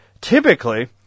typically